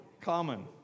common